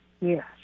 Yes